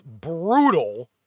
brutal